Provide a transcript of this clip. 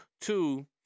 two